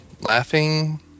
laughing